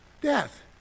Death